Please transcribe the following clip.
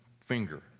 finger